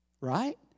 right